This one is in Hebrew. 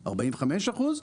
45%,